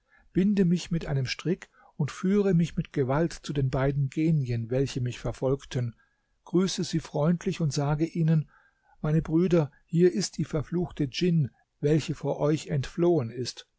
binde mich mit einem strick und führe mich mit gewalt zu den beiden genien welche mich verfolgten grüße sie freundlich und sage ihnen meine brüder hier ist die verfluchte djinn welche vor euch entflohen ist